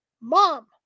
Mom